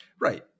Right